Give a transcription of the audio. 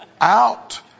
Out